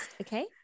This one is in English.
Okay